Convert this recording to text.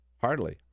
Hardly